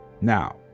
Now